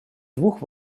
двух